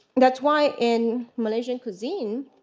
that's why, in malaysian cuisine,